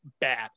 bad